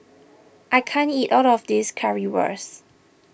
I can't eat all of this Currywurst